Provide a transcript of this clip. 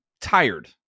tired